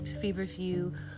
Feverfew